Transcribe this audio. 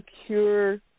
secure